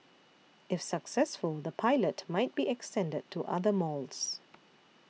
if successful the pilot might be extended to other malls